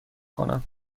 کنم